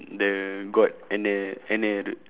the god enel enel